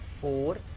four